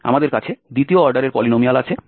আমাদের কাছে দ্বিতীয় অর্ডারের পলিনোমিয়াল আছে